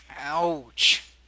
Ouch